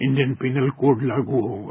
Indian penal code लागू होगा